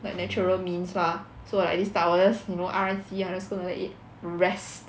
like natural means mah so like this type I will just you know R_I_C_E lah just going to let it rest